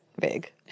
vague